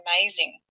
amazing